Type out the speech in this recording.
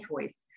choice